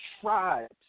tribes